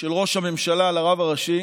של ראש הממשלה לרב הראשי